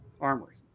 armory